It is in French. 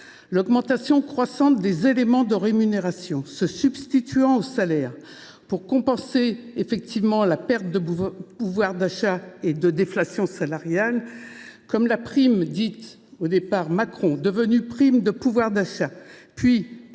L’augmentation croissante des éléments de rémunération se substituant aux salaires pour compenser la perte de pouvoir d’achat et la déflation salariale, comme la prime dite « Macron » devenue prime de « pouvoir d’achat » puis prime